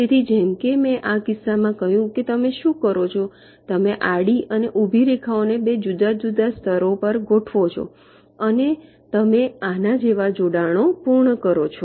તેથી જેમ કે મેં આ કિસ્સામાં કહ્યું છે કે તમે શું કરો છો તમે આડી અને ઊભી રેખાઓને બે જુદા જુદા સ્તરો પર ગોઠવો છો અને તમે આના જેવા જોડાણો પૂર્ણ કરો છો